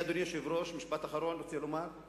אדוני היושב-ראש, אני רוצה לומר משפט אחרון.